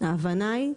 ההבנה היא,